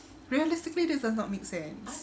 realistically this does not make sense